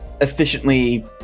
efficiently